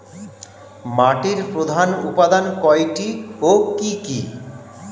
মাটির প্রধান উপাদান কয়টি ও কি কি?